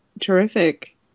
terrific